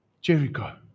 Jericho